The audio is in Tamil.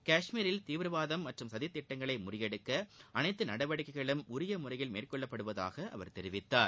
காஷ்மீரில் தீவிரவாதம் மற்றும் சதித் திட்டங்களை முறியடிக்க அனைத்து நடவடிக்கைகளும் உரிய முறையில் மேற்கொள்ளப்படுவதாக அவர் தெரிவித்தார்